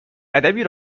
ادبی